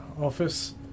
office